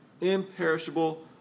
imperishable